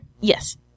Yes